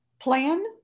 plan